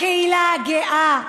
הקהילה הגאה,